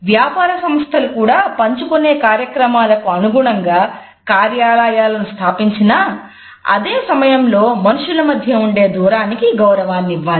వ్యాపారసంస్థలు కూడా పంచుకునే కార్యక్రమాలకు అనుగుణంగా కార్యాలయాలను స్థాపించినా అదే సమయంలో మనుషుల మధ్య ఉండే దూరాలకు గౌరవాన్నివ్వాలి